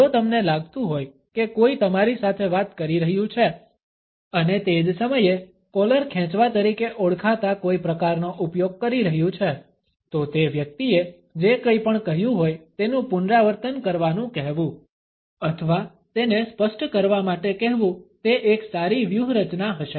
જો તમને લાગતું હોય કે કોઈ તમારી સાથે વાત કરી રહ્યું છે અને તે જ સમયે કોલર ખેંચવા તરીકે ઓળખાતા કોઈ પ્રકારનો ઉપયોગ કરી રહ્યું છે તો તે વ્યક્તિએ જે કંઈ પણ કહ્યું હોય તેનું પુનરાવર્તન કરવાનું કહેવું અથવા તેને સ્પષ્ટ કરવા માટે કહેવું તે એક સારી વ્યૂહરચના હશે